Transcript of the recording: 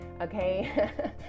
okay